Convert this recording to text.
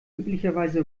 üblicherweise